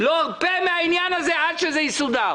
לא ארפה מן העניין הזה עד שהוא יסודר.